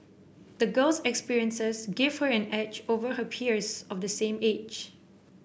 the girl's experiences gave her an edge over her peers of the same age